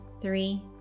three